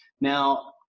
now